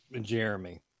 Jeremy